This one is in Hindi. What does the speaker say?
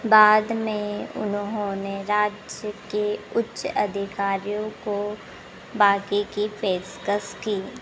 बाद में उन्होंने राज्य के उच्च अधिकारियों को बाकी की पेशकश की